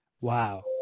Wow